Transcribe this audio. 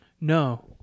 No